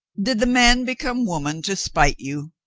did the man become woman to spite you?